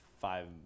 five